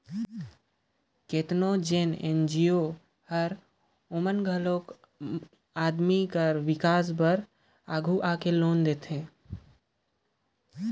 केतनो जेन एन.जी.ओ अहें ओमन घलो मइनसे कर बिकास बर आघु आए के मइनसे ल लोन देथे